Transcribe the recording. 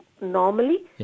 normally